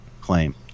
claim